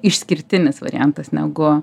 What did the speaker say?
išskirtinis variantas negu